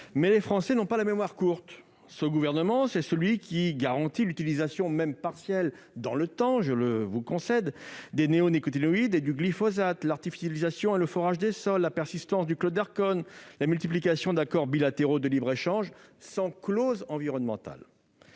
Mais les Français n'ont pas la mémoire courte ! Ce gouvernement, c'est celui qui garantit l'utilisation, même provisoire, je vous le concède, des néonicotinoïdes et du glyphosate, l'artificialisation et le forage des sols, la persistance du chlordécone, la multiplication d'accords bilatéraux de libre-échange sans clause environnementale.